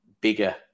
bigger